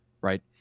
right